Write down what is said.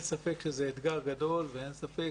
אין ספק שזה אתגר גדול ואין ספק